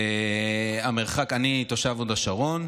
אני תושב הוד השרון.